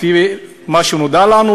לפי מה שנודע לנו,